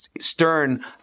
Stern